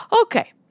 Okay